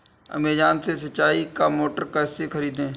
Amazon से सिंचाई का मोटर कैसे खरीदें?